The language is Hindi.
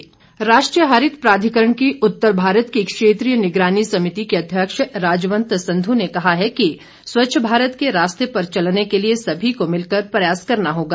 स्वच्छ भारत राष्ट्रीय हरित प्राधिकरण की उत्तर भारत की क्षेत्रीय निगरानी समिति की अध्यक्ष राजवंत संधू ने कहा है कि स्वच्छ भारत के रास्ते पर चलने के लिए सभी को मिलकर प्रयास करना होगा